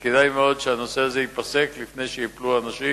כדאי מאוד שזה ייפסק לפני שייפלו אנשים